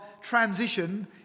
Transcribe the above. transition